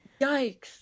Yikes